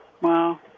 Wow